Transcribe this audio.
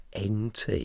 NT